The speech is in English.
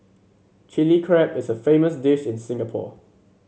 Chilli Crab is a famous dish in Singapore